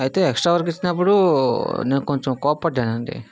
అయితే extra work ఇచ్చినప్పుడు నేను కొంచెం కోపడ్డాను అండి